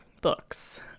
books